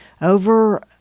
over